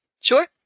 Sure